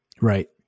right